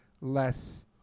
less